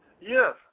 Yes